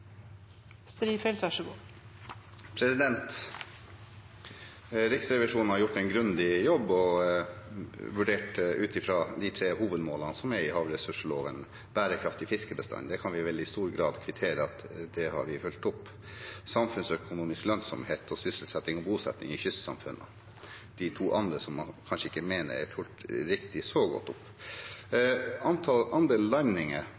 i havressursloven. Bærekraftig fiskebestand kan vi vel i stor grad kvittere ut at vi har fulgt opp. Samfunnsøkonomisk lønnsomhet og sysselsetting og bosetting i kystsamfunnene er de to andre som man kanskje ikke mener er fulgt riktig så godt opp. Andelen landinger